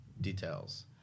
details